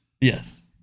Yes